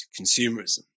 consumerism